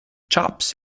chops